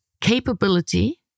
capability